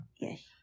Yes